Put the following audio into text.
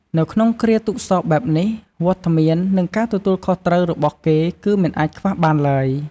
នៅក្នុងគ្រាទុក្ខសោកបែបនេះ វត្តមាន និងការទទួលខុសត្រូវរបស់គេគឺមិនអាចខ្វះបានឡើយ។